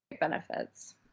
benefits